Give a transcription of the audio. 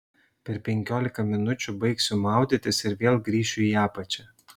per penkiolika minučių baigsiu maudytis ir vėl grįšiu į apačią